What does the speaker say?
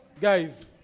guys